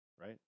right